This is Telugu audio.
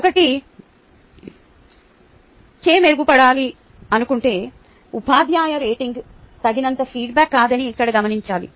ఒక టీచర్ మెరుగుపడాలి అనుకుంటే ఉపాధ్యాయ రేటింగ్ తగినంత ఫీడ్బ్యాక్ కాదని ఇక్కడ గమనించాలి